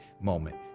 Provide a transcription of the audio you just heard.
moment